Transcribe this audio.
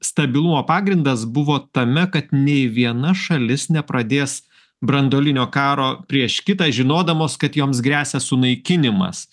stabilumo pagrindas buvo tame kad nei viena šalis nepradės branduolinio karo prieš kitą žinodamos kad joms gresia sunaikinimas